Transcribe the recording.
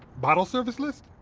bottle service list.